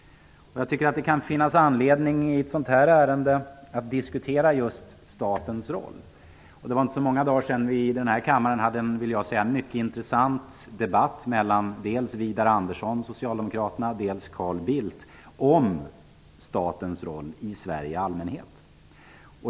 Det kan finnas anledning att i samband med ett sådant här ärende diskutera just statens roll. Det var inte så många dagar sedan vi i denna kammare hade en mycket intressant debatt mellan Widar Andersson, Socialdemokraterna, och Carl Bildt om statens roll i Sverige i allmänhet.